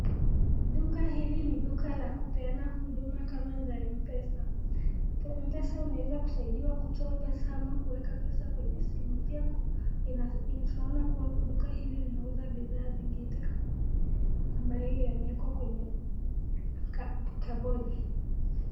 Duka hili ni duka la kupeana huduma kama za M-PESA. Kwa M-PESA unaeza kusaidiwa kutoa pesa ama kuweka pesa kwenye simu. Pia tunaona duka hili linauza bidhaa zingine ambayo yameekwa kwenye kabodi.